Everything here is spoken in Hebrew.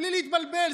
בלי להתבלבל.